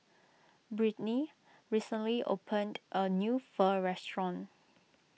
Brittnie recently opened a new Pho restaurant